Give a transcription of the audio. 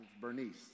Bernice